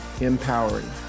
empowering